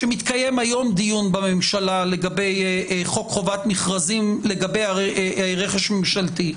שמתקיים היום דיון בממשלה לגבי חוק חובת מכרזים לגבי רכז ממשלתי,